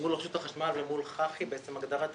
מול רשות החשמל ומול חח"י, בעצם הגדרת הרישיון,